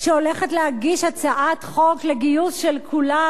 שהולכת להגיש הצעת חוק לגיוס של כולם,